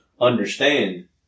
understand